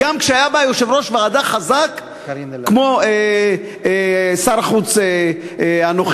וגם כשהיה בה יושב-ראש ועדה חזק כמו שר החוץ הנוכחי.